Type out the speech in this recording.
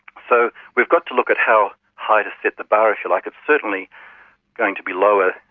so, we've got to look at how high to set the bar, if you like. it's certainly going to be lower,